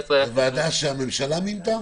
ועדה שהממשלה מינתה?